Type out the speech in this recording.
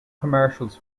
commercials